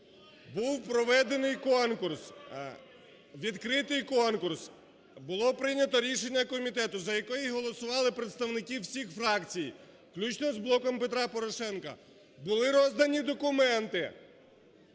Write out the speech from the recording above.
Був проведений конкурс, відкритий конкурс. Було прийнято рішення комітету, за яке голосували представники всіх фракцій, включно з "Блоком Петра Порошенка". Були роздані документи,